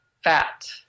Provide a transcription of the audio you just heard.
fat